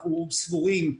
אנחנו סבורים.